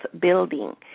building